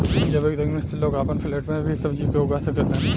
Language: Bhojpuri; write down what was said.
जैविक तकनीक से लोग आपन फ्लैट में भी सब्जी के उगा सकेलन